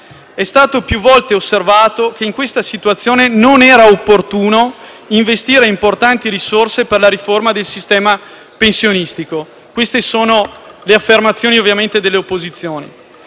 È stato più volte osservato che in questa situazione non era opportuno investire importanti risorse per la riforma del sistema pensionistico. Queste sono ovviamente le affermazioni delle opposizioni.